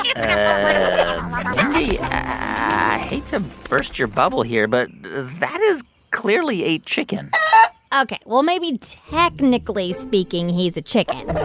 i hate to burst your bubble here, but that is clearly a chicken ok. well, maybe technically speaking, he's a chicken.